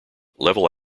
level